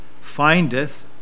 findeth